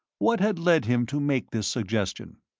what had led him to make this suggestion?